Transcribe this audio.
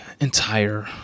entire